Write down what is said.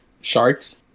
sharks